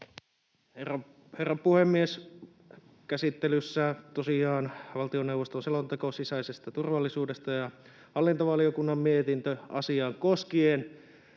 Herra puhemies! Käsittelyssä on tosiaan valtioneuvoston selonteko sisäisestä turvallisuudesta ja hallintovaliokunnan mietintö asiaa koskien.